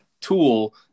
tool